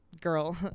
girl